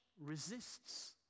resists